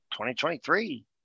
2023